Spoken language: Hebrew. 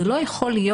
זה לא יכול להיות,